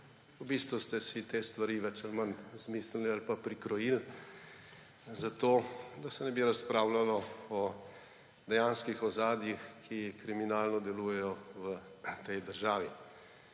V bistvu ste si te stvari več ali manj izmislili ali pa prikrojili zato, da se ne bi razpravljalo o dejanskih ozadjih, ki kriminalno delujejo v tej državi.